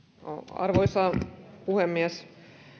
arvoisa puhemies